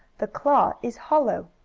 the claw is hollow.